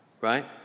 right